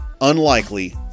unlikely